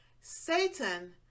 Satan